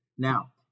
Now